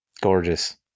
gorgeous